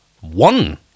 One